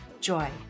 joy